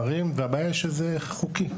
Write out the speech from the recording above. והבעיה היא שזה חוקי,